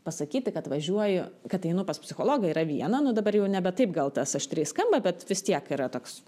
pasakyti kad važiuoji kad einu pas psichologą yra viena nu dabar jau nebe taip gal tas aštriai skamba bet vis tiek yra toks